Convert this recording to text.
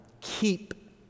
Keep